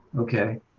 okay.